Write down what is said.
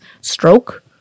stroke